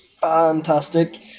fantastic